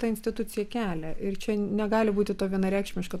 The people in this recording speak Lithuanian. ta institucija kelia ir čia negali būti to vienareikšmiška